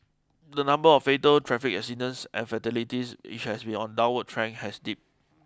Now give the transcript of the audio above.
the number of fatal traffic accidents and fatalities which has been on a downward trend has dipped